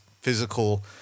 physical